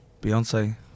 Beyonce